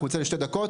אנחנו נצא לשתי דקות,